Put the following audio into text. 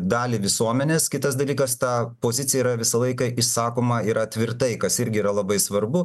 dalį visuomenės kitas dalykas ta pozicija yra visą laiką išsakoma yra tvirtai kas irgi yra labai svarbu